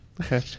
Okay